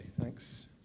thanks